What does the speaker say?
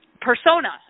persona